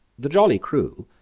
the jolly crew,